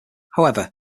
however